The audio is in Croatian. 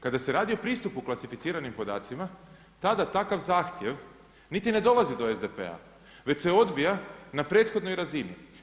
Kada se radi o pristupu klasificiranim podacima tada takav zahtjev niti ne dolazi do SDP-a, već se odbija na prethodnoj razini.